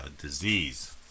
disease